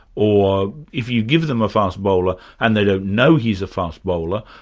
or if you give them a fast bowler and they don't know he's a fast bowler,